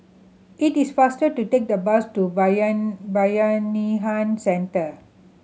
it is faster to take the bus to Bayanihan Centre